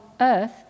earth